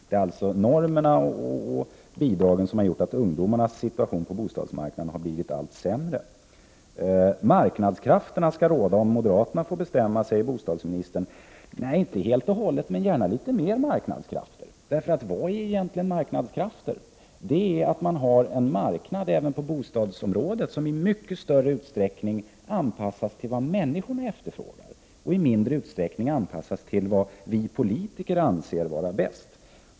Det är alltså normerna och bidragen som gjort att ungdomarnas situation på bostadsmarknaden blivit allt sämre. Marknadskrafterna skall råda om moderaterna får bestämma, säger bostadsministern. Nej, inte helt och hållet, men gärna litet mer marknadskrafter! Vad är egentligen marknadskrafter? Det är att man har en marknad, även på bostadsområdet, som i mycket större utsträckning anpassas till vad människorna efterfrågar, och i mindre utsträckning anpassas till vad vi politiker anser vara bäst.